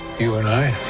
you and i.